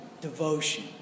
devotion